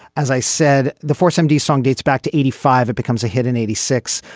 as i said the foursome d song dates back to eighty five it becomes a hit in eighty six.